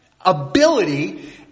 ability